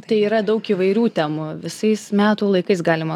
tai yra daug įvairių temų visais metų laikais galima